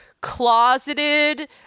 closeted